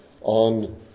on